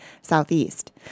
southeast